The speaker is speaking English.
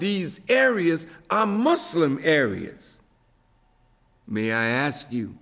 these areas are muslim areas may i ask you